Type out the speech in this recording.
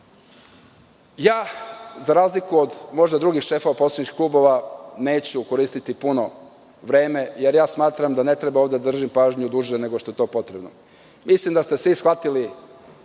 razliku od drugih šefova poslaničkih klubova, ja neću koristiti puno vreme, jer smatram da ne treba da držim pažnju duže nego što je to potrebno. Mislim da ste svi shvatili